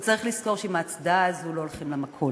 הוא צריך לזכור שעם ההצדעה הזאת לא הולכים למכולת.